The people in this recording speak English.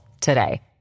today